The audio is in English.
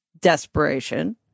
desperation